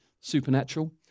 supernatural